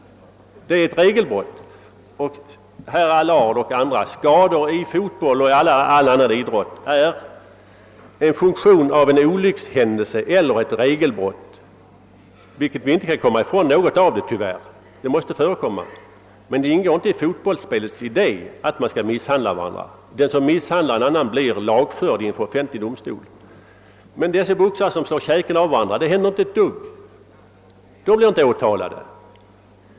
Det är ett regelbrott. Och, herr Allard och andra idrottsvänner, skador i fotboll och övriga idrotter är en funktion av en olyckshändelse eller ett regelbrott! Sådant inträffar och måste tyvärr alltid inträffa — men det ingår inte i fotbollsspelets idé att misshandla varandra. Den som gör det blir lagförd inför offentlig domstol. Men den boxare som slår käken av en annan blir inte åtalad.